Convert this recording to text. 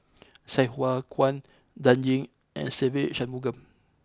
Sai Hua Kuan Dan Ying and Se Ve Shanmugam